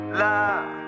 love